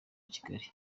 kigali